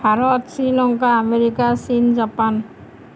Bharat Sri Lanka America চীন Japan